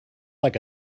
like